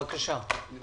בבקשה.